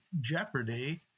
jeopardy